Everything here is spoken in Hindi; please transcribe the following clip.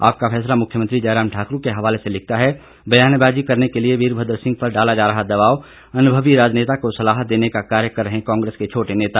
आपका फैसला मुख्यमंत्री जयराम ठाकुर के हवाले से लिखता है बयानबाजी करने के लिए वीरभद्र सिंह पर डाला जा रहा दबाव अनुभवी राजनेता को सलाह देने का कार्य कर रहे कांग्रेस के छोटे नेता